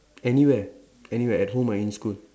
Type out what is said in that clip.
anywhere anywhere at home or in school